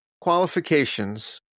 qualifications